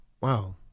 Wow